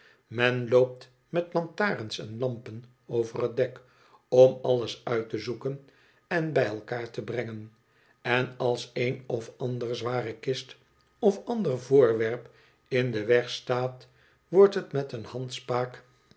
men loopt met lantarens en lampen over het dek om alles uit te zoeken en bij elkaar te brengen en als een of ander zware kist of ander voorwerp in den weg staat wordt het met een